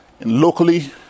locally